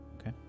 okay